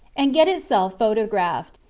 and get itself photographed.